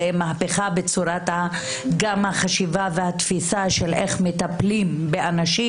מהפכה גם בצורת החשיבה והתפיסה איך מטפלים באנשים,